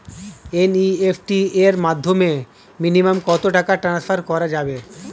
NEFT এর মাধ্যমে minimum কত টাকা টান্সফার করা যাবে?